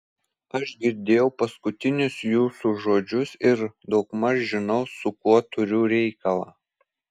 aš girdėjau paskutinius jūsų žodžius ir daugmaž žinau su kuo turiu reikalą